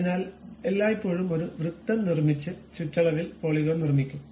അതിനാൽ എല്ലായ്പ്പോഴും ഒരു വൃത്തം നിർമ്മിച്ച് ചുറ്റളവിൽ പോളിഗോൺ നിർമ്മിക്കും